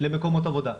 למקומות עבודה,